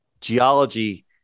geology